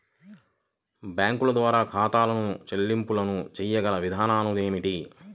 బ్యాంకుల ద్వారా ఖాతాదారు చెల్లింపులు చేయగల విధానాలు ఏమిటి?